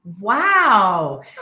Wow